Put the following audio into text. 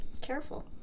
Careful